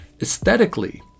Aesthetically